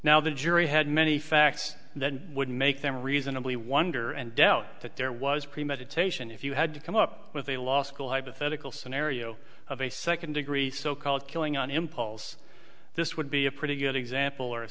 now the jury had many facts that would make them reasonably wonder and doubt that there was premeditation if you had to come up with a law school hypothetical scenario of a second degree so called killing on impulse this would be a pretty good example or a